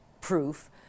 proof